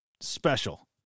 special